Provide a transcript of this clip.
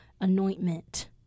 anointment